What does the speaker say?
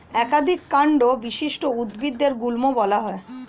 একাধিক কান্ড বিশিষ্ট উদ্ভিদদের গুল্ম বলা হয়